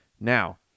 Now